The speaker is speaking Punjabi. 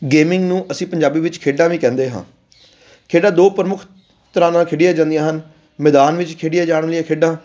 ਗੇਮਿੰਗ ਨੂੰ ਅਸੀਂ ਪੰਜਾਬੀ ਵਿੱਚ ਖੇਡਾਂ ਵੀ ਕਹਿੰਦੇ ਹਾਂ ਖੇਡਾਂ ਦੋ ਪ੍ਰਮੁੱਖ ਤਰ੍ਹਾਂ ਨਾਲ ਖੇਡੀਆਂ ਜਾਂਦੀਆਂ ਹਨ ਮੈਦਾਨ ਵਿੱਚ ਖੇਡੀਆਂ ਜਾਣ ਵਾਲੀਆਂ ਖੇਡਾਂ